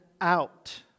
out